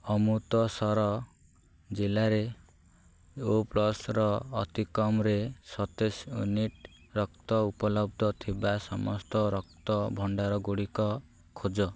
ଅମୃତସର ଜିଲ୍ଲାରେ O plus ର ଅତିକମ୍ରେ ସତେଇଶି ୟୁନିଟ୍ ରକ୍ତ ଉପଲବ୍ଧ ଥିବା ସମସ୍ତ ରକ୍ତ ଭଣ୍ଡାରଗୁଡ଼ିକ ଖୋଜ